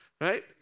right